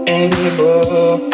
anymore